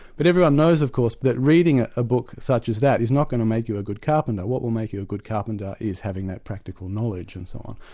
but everyone knows of course, that reading ah a book such as that is not going to make you a good carpenter. what will make you a good carpenter is having that practical knowledge, and so on.